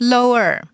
Lower